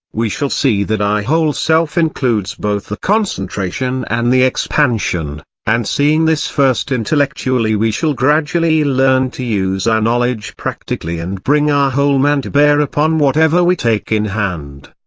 we shall see that our whole self includes both the concentration and the expansion and seeing this first intellectually we shall gradually learn to use our knowledge practically and bring our whole man to bear upon whatever we take in hand.